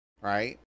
right